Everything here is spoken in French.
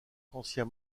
ancien